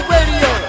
Radio